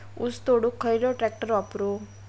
ऊस तोडुक खयलो ट्रॅक्टर वापरू?